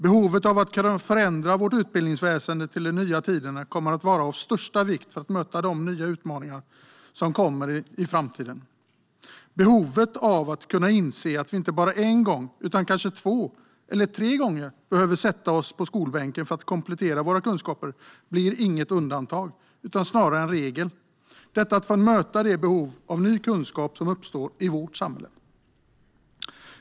Behovet av att kunna förändra vårt utbildningsväsen till de nya tiderna kommer att vara av största vikt för att möta de nya utmaningarna i framtiden. Och behovet av att kunna inse att vi inte bara en gång utan kanske två eller tre behöver sätta oss på skolbänken för att komplettera våra kunskaper blir inget undantag utan snarare en regel för att möta behovet av ny kunskap som uppstår i samhället.